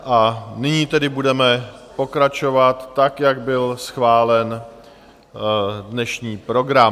A nyní tedy budeme pokračovat tak, jak byl schválen dnešní program.